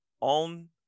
on